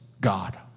God